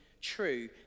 true